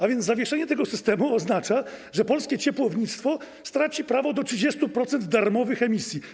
A więc zawieszenie tego systemu oznacza, że polskie ciepłownictwo straci prawo do 30% darmowych emisji.